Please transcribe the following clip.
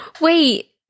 Wait